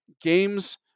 games